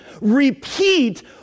repeat